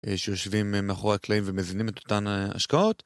שיושבים מאחורי הקלעים ומבינים את אותן השקעות.